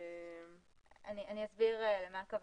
אני אסביר מה הכוונה.